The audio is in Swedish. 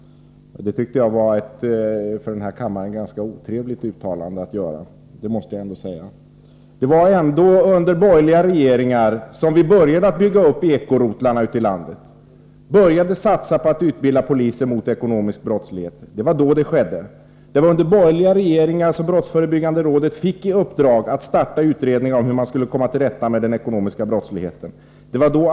Det tycker jag var ett för den här kammaren ganska otrevligt uttalande, måste jag säga. Det var ändå under borgerliga regeringar som vi började bygga upp Eko-rotlarna ute i landet, började satsa på att utbilda poliser mot ekonomisk brottslighet. Det var under borgerliga regeringar som brottsförebyggande rådet fick i uppdrag att starta utredningar om hur man skulle komma till rätta med den ekonomiska brottsligheten.